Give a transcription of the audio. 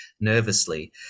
nervously